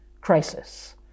crisis